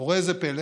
וראה זה פלא: